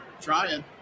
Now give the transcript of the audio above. trying